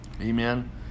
Amen